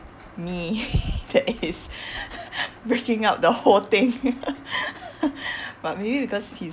me that is breaking up the whole thing but maybe because he